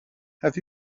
have